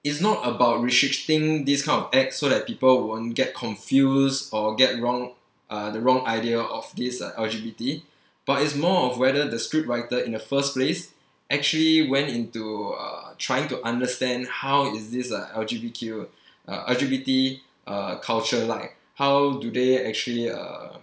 it's not about restricting this kind of act so that people won't get confused or get wrong uh the wrong idea of this uh L_G_B_T but it's more of whether the scriptwriter in the first place actually went into uh trying to understand how is this uh L_G_B_Q uh L_G_B_T uh culture like how do they actually uh